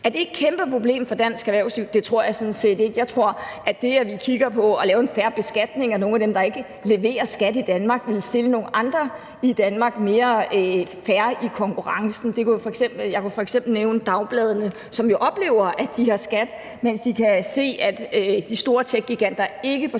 det et kæmpe problem for dansk erhvervsliv? Det tror jeg sådan set ikke. Jeg tror, at det, at vi kigger på at lave en fair beskatning af nogle af dem, der ikke betaler skat i Danmark, vil stille nogle andre i Danmark mere fair i konkurrencen. Jeg kan f.eks. nævne dagbladene, som jo oplever, at de beskattes, mens de kan se, at de store techgiganter ikke på samme